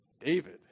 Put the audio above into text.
David